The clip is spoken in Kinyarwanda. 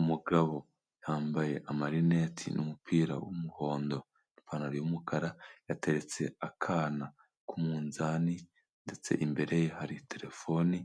Umugabo yambaye amarinete n'umupira w'umuhondo, ipantaro y'umukara, yateretse akana k'umuzani ndetse imbere ye hari terefone,